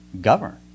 govern